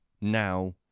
now